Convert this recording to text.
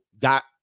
got